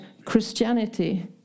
Christianity